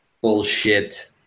bullshit